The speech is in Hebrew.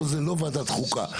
זו לא ועדת החוקה.